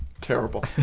Terrible